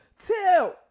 Two